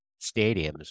stadiums